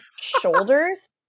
shoulders